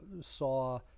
saw